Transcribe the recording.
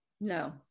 No